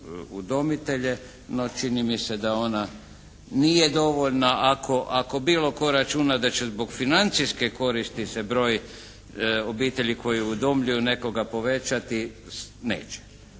udomitelje, no čini mi se da ona nije dovoljna ako bilo tko računa da će zbog financijske koristi se broj obitelji koji udomljuju nekoga povećati, neće.